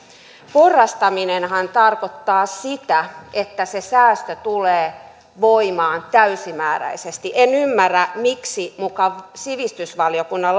porrastaminenhan tarkoittaa sitä että se säästö tulee voimaan täysimääräisesti en ymmärrä miksi muka sivistysvaliokunnan